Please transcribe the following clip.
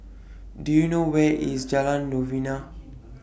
Do YOU know Where IS Jalan Novena